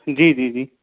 जी जी जी